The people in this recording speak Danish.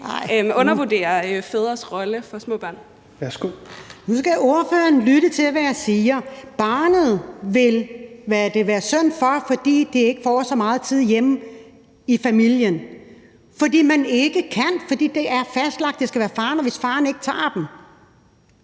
Liselott Blixt (DF): Nej, nu skal ordføreren lytte til, hvad jeg siger: Barnet vil det være synd for, fordi det ikke får så meget tid hjemme i familien, fordi man ikke kan, fordi det er fastlagt, at det skal være faren, og hvis faren ikke tager